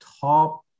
top